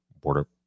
border